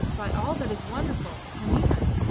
by all that is wonderful! taminah!